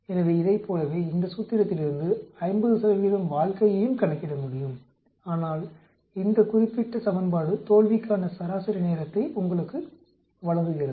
எனவே இதைப் போலவே இந்த சூத்திரத்திலிருந்து 50 வாழ்க்கையையும் கணக்கிட முடியும் ஆனால் இந்த குறிப்பிட்ட சமன்பாடு தோல்விக்கான சராசரி நேரத்தை உங்களுக்கு வழங்குகிறது